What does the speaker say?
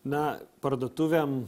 na parduotuvėm